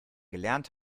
gelernt